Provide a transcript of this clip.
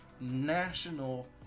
national